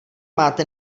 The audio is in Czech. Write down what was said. máte